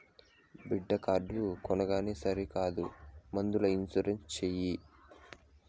బిడ్డా కారు కొనంగానే సరికాదు ముందల ఇన్సూరెన్స్ చేయి